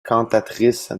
cantatrice